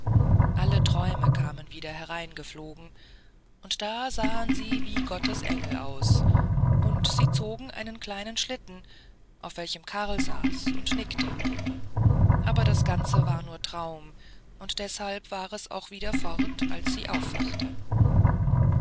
alle träume kamen wieder hereingeflogen und da sahen sie wie gottes engel aus und sie zogen einen kleinen schlitten auf welchem karl saß und nickte aber das ganze war nur traum und deshalb war es auch wieder fort als sie erwachte